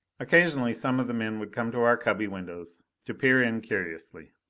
occasionally some of the men would come to our cubby windows to peer in curiously.